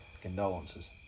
condolences